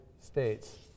States